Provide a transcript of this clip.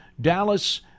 Dallas